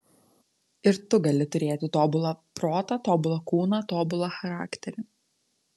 ir tu gali turėti tobulą protą tobulą kūną tobulą charakterį